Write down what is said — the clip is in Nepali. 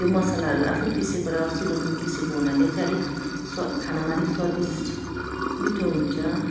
त्यो मसलाहरू आफैँ पिसेको र सिलौटोमा पिसेको हुनाले चाहिँ अलिक स्वा खानामा अलिक स्वादिष्ट मिठो हुन्छ